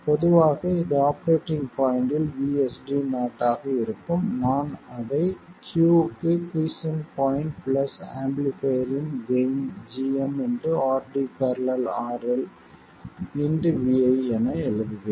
பொதுவாக இது ஆபரேட்டிங் பாய்ண்ட்டில் VSD0 ஆக இருக்கும் நான் அதை Q க்கு குய்ஸ்சென்ட் பாய்ண்ட் பிளஸ் ஆம்பிளிஃபைர் இன் gain gm RD ║ RL vi என எழுதுவேன்